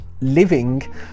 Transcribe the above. living